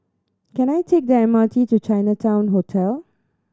can I take the M R T to Chinatown Hotel